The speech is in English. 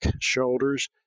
shoulders